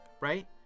right